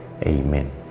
Amen